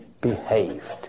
behaved